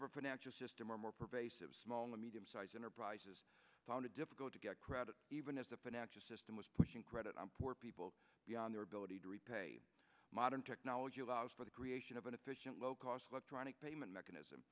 our financial system are more pervasive small medium sized enterprises found it difficult to get credit even as the financial system was pushing credit on poor people beyond their ability to repay modern technology allows for the creation of an efficient low cost electronic payment mechanism